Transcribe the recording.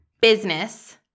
business